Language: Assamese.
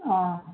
অঁ